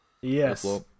Yes